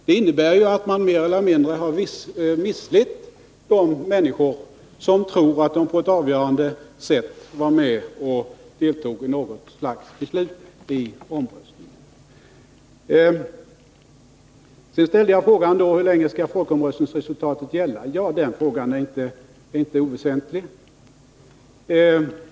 Det innebär ju att man mer eller mindre har misslett de människor som tror att de på ett avgörande sätt bidrog till något slags beslut genom omröstningen! Sedan ställde jag frågan: Hur länge skall ett folkomröstningsresultat gälla? Den frågan är inte oväsentlig.